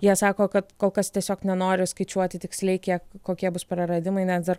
jie sako kad kol kas tiesiog nenori skaičiuoti tiksliai kiek kokie bus praradimai nes dar